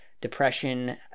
depression